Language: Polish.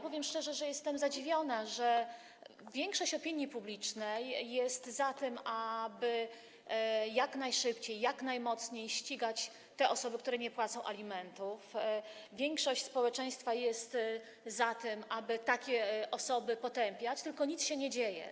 Powiem szczerze, że jestem zadziwiona, że większość opinii publicznej jest za tym, aby jak najszybciej, jak najdotkliwiej ścigać te osoby, które nie płacą alimentów, większość społeczeństwa jest za tym, aby takie osoby potępiać, tylko nic się nie dzieje.